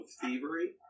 thievery